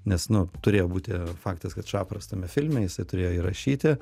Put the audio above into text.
nes nu turėjo būti faktas kad šapras tame filme jisai turėjo jį rašyti